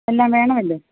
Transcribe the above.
എല്ലാം വേണമല്ലോ